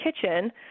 kitchen